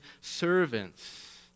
servants